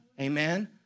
Amen